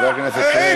בבקשה, לעניין.